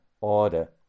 order